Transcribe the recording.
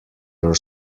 your